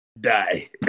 Die